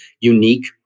unique